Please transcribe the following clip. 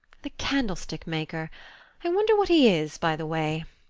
the candlestick-maker i wonder what he is, by the way?